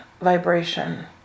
vibration